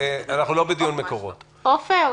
עפר שלח,